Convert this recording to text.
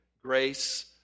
grace